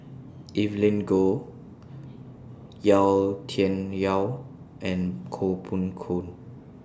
Evelyn Goh Yau Tian Yau and Koh Poh Koon